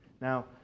Now